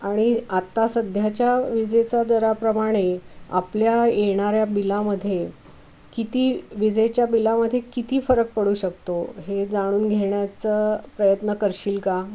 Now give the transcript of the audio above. आणि आत्ता सध्याच्या विजेचा दराप्रमाणे आपल्या येणाऱ्या बिलामध्ये किती विजेच्या बिलामध्ये किती फरक पडू शकतो हे जाणून घेण्याचा प्रयत्न करशील का